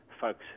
folks